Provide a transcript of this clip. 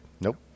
Nope